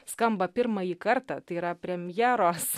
skamba pirmąjį kartą tai yra premjeros